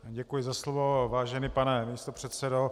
Děkuji za slovo, vážený pane místopředsedo.